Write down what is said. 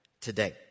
today